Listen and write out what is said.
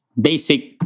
basic